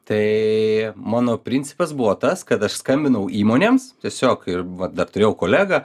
tai mano principas buvo tas kad aš skambinau įmonėms tiesiog ir va dar turėjau kolegą